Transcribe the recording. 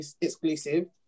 exclusive